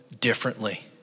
differently